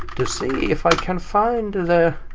to see if i can find the